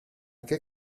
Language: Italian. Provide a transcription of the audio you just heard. che